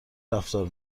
رفتار